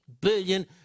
billion